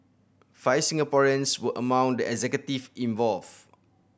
five Singaporeans were among the executive involved